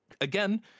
Again